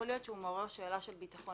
יכול להיות שהוא מעורר שאלה של ביטחון